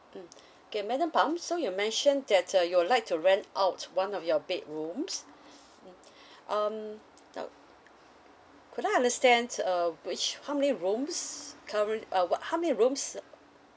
mm okay madam phang so you mention that uh you would like to rent out one of your bedrooms um can I understand uh which how many rooms current uh what how many rooms